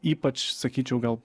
ypač sakyčiau gal